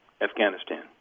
afghanistan